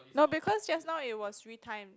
no because just now it was free time